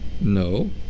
No